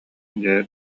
дьэ